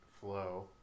flow